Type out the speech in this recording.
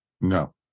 No